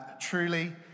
truly